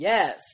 Yes